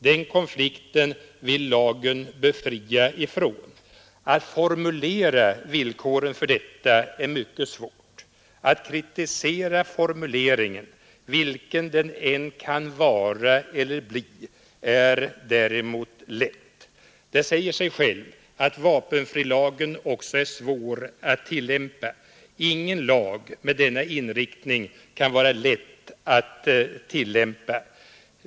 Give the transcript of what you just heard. Den konflikten vill lagen befria honom från. Att formulera villkoren härför är svårt; att kritisera formuleringen, vilken den än kan vara eller bli, är däremot lätt. Det säger sig självt att vapenfrilagen också är svår att tillämpa. Ingen lag med denna inriktning kan vara lätt att tillämpa.